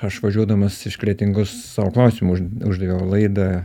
aš važiuodamas iš kretingos sau klausimą uždaviau laidą